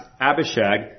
Abishag